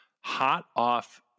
hot-off